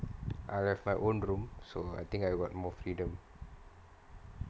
I will have my own room so I think I will have more freedom